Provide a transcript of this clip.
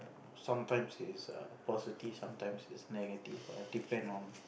sometimes it is a positive sometimes it's negative ah depend on